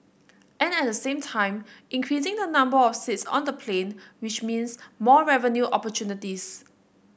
and at the same time increasing the number of seats on the plane which means more revenue opportunities